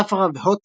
ספרא והוצ.